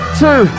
two